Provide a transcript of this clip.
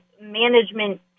management